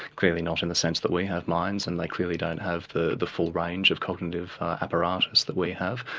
clearly not in the sense that we have minds, and they clearly don't have the the full range of cognitive apparatus that we have,